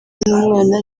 n’umwana